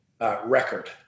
record